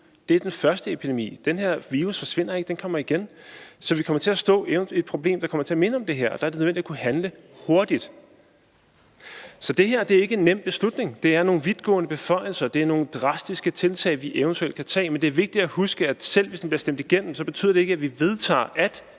nu, er den første epidemi. Den her virus forsvinder ikke; den kommer igen. Så vi kommer til at stå med et problem, der kommer til at minde om det her, og der er det nødvendigt at kunne handle hurtigt. Så det her er ikke nogen nem beslutning. Det er nogle vidtgående beføjelser, og det er nogle drastiske tiltag, vi eventuelt kan tage, men det er vigtigt at huske, at selv hvis det bliver stemt igennem, betyder det ikke, at vi vedtager, at